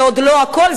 זה עוד לא הכול,